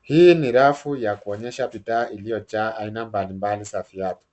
Hii ni rafu ya kuonyesha bidhaa iliyojaa aina mbalimbali za viatu.